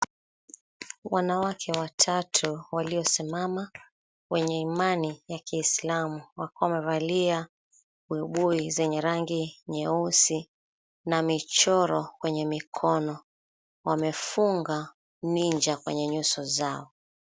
Wanawake watatu waliosimama wenye imani ya kiislamu wakiwa wamevalia buibui zenye rangi nyeusi na michoro kwenye mikono, wamefunga ninja kwenye nyuso zao.